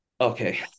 Okay